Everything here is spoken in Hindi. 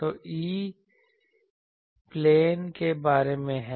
तो यह E प्लेन के बारे में है